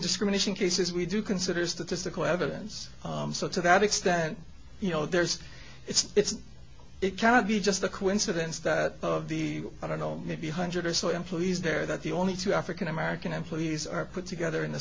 discrimination cases we do consider statistical evidence so to that extent you know there's it's it cannot be just a coincidence that of the i don't know maybe a one hundred or so employees there that the only two african american employees are put together in the